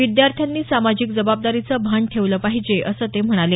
विद्यार्थ्यांनी सामाजिक जबाबदारीचं भान ठेवलं पाहिजे असं ते म्हणाले